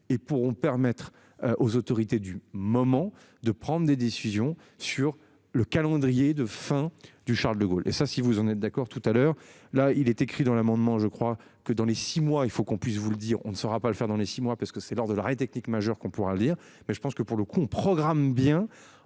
et pourront permettre aux autorités du moment de prendre des décisions sur le calendrier de fin du Charles de Gaulle et ça, si vous en êtes d'accord, tout à l'heure là il est écrit dans l'amendement. Je crois que dans les six mois il faut qu'on puisse vous le on ne saura pas le faire dans les six mois parce que c'est l'heure de l'arrêt technique majeur qu'on pourra lire mais je pense que pour le coup on programme bien